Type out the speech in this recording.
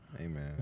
Amen